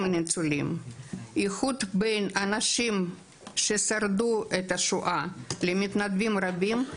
הניצולים ואיחוד בין אנשים ששרדו את השואה לבין מתנדבים רבים.